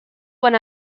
when